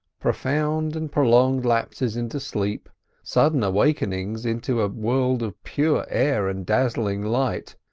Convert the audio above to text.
profound and prolonged lapses into sleep sudden awakenings into a world of pure air and dazzling light,